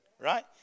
right